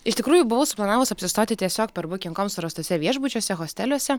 iš tikrųjų buvau suplanavus apsistoti tiesiog per booking com surastuose viešbučiuose hosteliuose